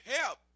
help